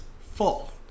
full